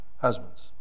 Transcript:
husbands